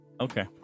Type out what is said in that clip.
Okay